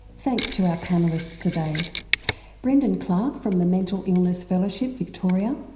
thanks to our panellists today brendon clarke from the mental illness fellowship victoria,